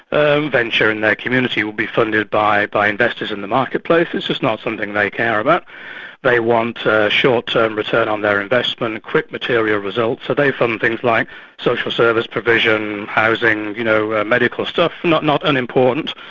um venture in their community will be funded by by investors in the marketplace. it's not something they care about they want short-term return on their investment and quick material results. so they fund things like social service provision, housing, you know medical stuff not not unimportant,